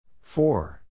four